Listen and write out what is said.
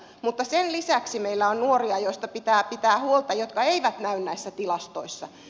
mutta sen lisäksi meillä on nuoria joista pitää pitää huolta jotka eivät näy näissä tilastoissa